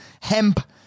Hemp